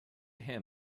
him